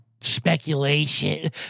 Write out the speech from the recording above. speculation